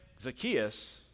Zacchaeus